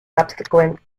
subsequent